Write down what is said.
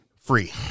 free